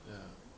ya